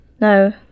No